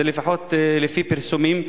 זה לפחות לפי פרסומים.